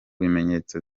bimenyetso